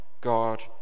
God